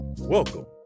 Welcome